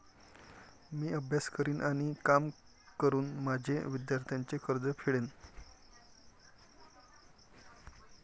मी अभ्यास करून आणि काम करून माझे विद्यार्थ्यांचे कर्ज फेडेन